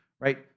right